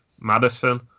Madison